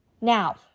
Now